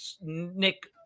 nick